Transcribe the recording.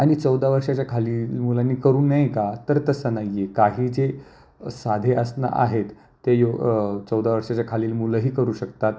आणि चौदा वर्षाच्या खाली मुलांनी करू नये का तर तसं नाही आहे काही जे साधे आसनं आहेत ते य चौदा वर्षाच्या खालील मुलंही करू शकतात